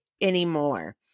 anymore